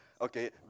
Okay